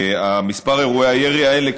מספר אירועי הירי האלה,